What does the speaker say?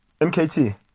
MKT